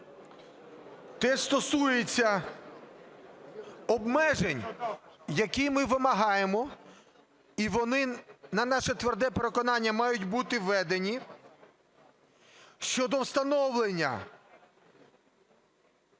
теж стосується обмежень, які ми вимагаємо, і вони, на наше тверде переконання, мають бути введені, щодо встановлення